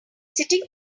sitting